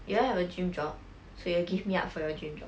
you rather have a dream job so you will give me up for your dream job